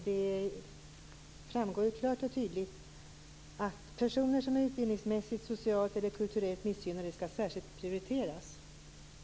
Det framgår klart och tydligt att personer som är utbildningsmässigt, socialt eller kulturellt missgynnade skall särskilt prioriteras.